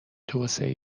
توسعه